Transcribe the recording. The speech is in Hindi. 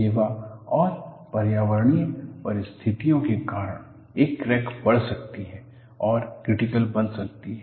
सेवा और पर्यावरणीय परिस्थितियों के कारण एक क्रैक बढ़ सकती है और क्रिटिकल बन सकती है